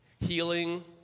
healing